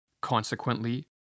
Consequently